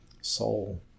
soul